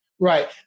Right